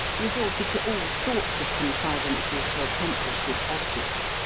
resorted to all sorts of contrivances to accomplish this object.